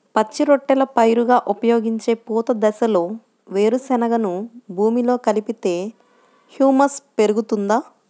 పచ్చి రొట్టెల పైరుగా ఉపయోగించే పూత దశలో వేరుశెనగను భూమిలో కలిపితే హ్యూమస్ పెరుగుతుందా?